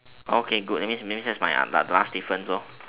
okay good that means that means that's my my last difference lor